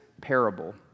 parable